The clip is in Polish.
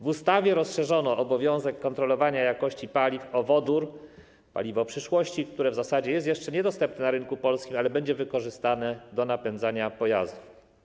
W ustawie rozszerzono obowiązek kontrolowania jakości paliw o wodór, paliwo przyszłości, które w zasadzie jest jeszcze niedostępne na rynku polskim, ale będzie wykorzystane do napędzania pojazdów.